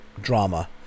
drama